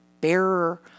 bearer